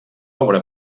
obra